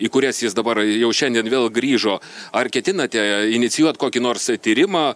į kurias jis dabar jau šiandien vėl grįžo ar ketinate inicijuot kokį nors tyrimą